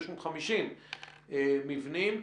650 מבנים.